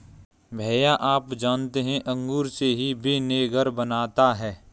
भैया आप जानते हैं अंगूर से ही विनेगर बनता है